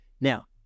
Now